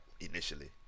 initially